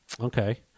Okay